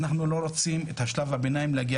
אנחנו לא רוצים את שלב הביניים ולהגיע